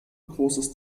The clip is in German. großes